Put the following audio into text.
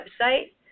website